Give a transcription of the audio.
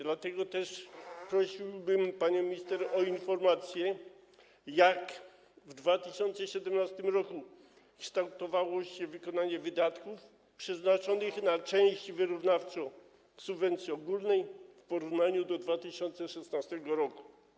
Dlatego też prosiłbym panią minister o informację, jak w 2017 r. kształtowało się wykonanie wydatków przeznaczonych na część wyrównawczą subwencji ogólnej w porównaniu do 2016 r.